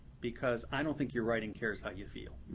because i don't think your writing cares how you feel.